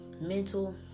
mental